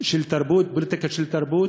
של תרבות, פוליטיקה של תרבות